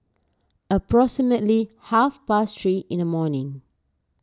approximately half past three in the morning